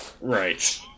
Right